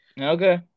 Okay